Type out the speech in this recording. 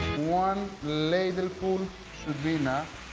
one ladleful should be enough.